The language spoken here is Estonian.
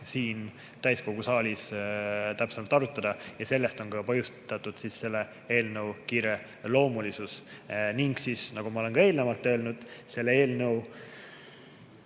siin täiskogu saalis täpsemalt arutada. Sellest on ka põhjustatud selle eelnõu kiireloomulisus. Nagu ma olen ka eelnevalt öelnud, selle eelnõu